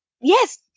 Yes